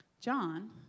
John